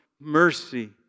Mercy